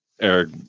eric